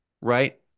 Right